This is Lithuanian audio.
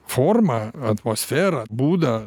formą atmosferą būdą